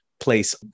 Place